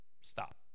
Stop